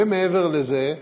ומעבר לזה,